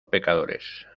pecadores